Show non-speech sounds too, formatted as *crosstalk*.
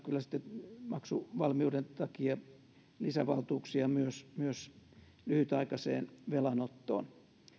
*unintelligible* kyllä sitten maksuvalmiuden takia lisävaltuuksia myös myös lyhytaikaiseen velanottoon